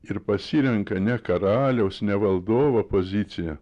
ir pasirenka ne karaliaus ne valdovo poziciją